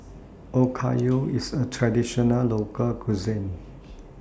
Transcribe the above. Okayu IS A Traditional Local Cuisine